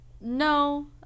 No